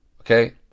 Okay